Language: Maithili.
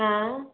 आएँ